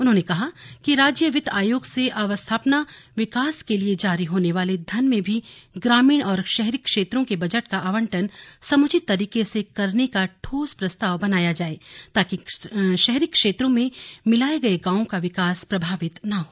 उन्होंने कहा कि राज्य वित्त आयोग से अवस्थापना विकास के लिए जारी होने वाले धन में भी ग्रामीण और शहरी क्षेत्रों के बजट का आवंटन समुचित तरीके से करने का ठोस प्रस्ताव बनाया जाए ताकि शहरी क्षेत्रों में मिलाये गये गांवों का विकास प्रभावित न हो